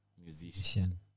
musician